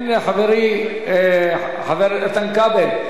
כן, חברי איתן כבל,